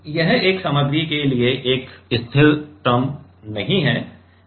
तो यह एक सामग्री के लिए एक स्थिर टर्म नहीं है